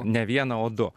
ne vieną o du